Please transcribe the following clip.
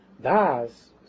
Das